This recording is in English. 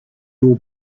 will